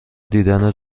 دیدن